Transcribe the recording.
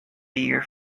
beer